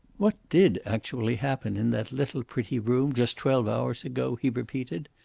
what did actually happen in that little pretty room, just twelve hours ago? he repeated.